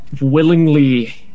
willingly